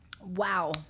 Wow